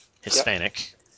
Hispanic